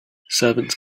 servants